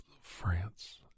France